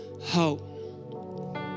hope